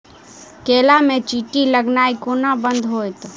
केला मे चींटी लगनाइ कोना बंद हेतइ?